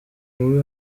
mubi